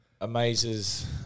amazes